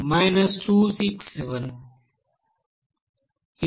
ఇది 267